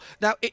Now